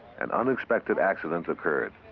an unexpected accident occurred.